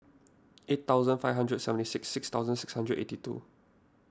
eight thousand five hundred and seventy six six thousand six hundred eighty two